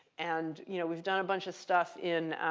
and you know we've done a bunch of stuff in